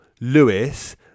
Lewis